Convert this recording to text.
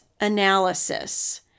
analysis